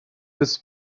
this